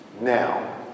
Now